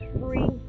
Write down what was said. free